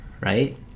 Right